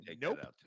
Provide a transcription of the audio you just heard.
Nope